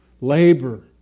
labor